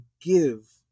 give